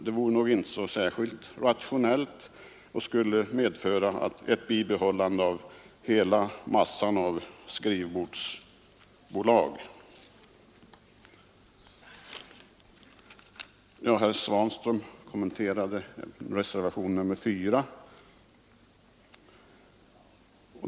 Det vore nog inte särskilt rationellt och skulle medföra ett bibehållande av hela mängden av skrivbordsbolag. Herr Svanström kommenterade också reservationen 4.